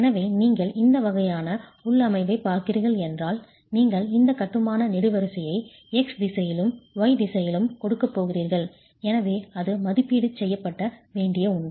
எனவே நீங்கள் இந்த வகையான உள்ளமைவைப் பார்க்கிறீர்கள் என்றால் நீங்கள் இந்த கட்டுமான நெடுவரிசையை x திசையிலும் y திசையிலும் கொடுக்கப் போகிறீர்கள் எனவே அது மதிப்பீடு செய்யப்பட வேண்டிய ஒன்று